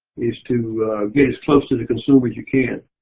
is to get as close to the consumer as you can.